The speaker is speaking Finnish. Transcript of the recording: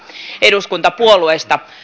eduskuntapuolueista